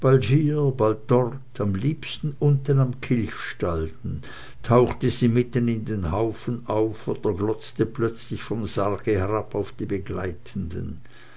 am liebsten unten am kilchstalden tauchte sie mitten in den haufen auf oder glotzte plötzlich vom sarge herab auf die begleitenden